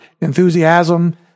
enthusiasm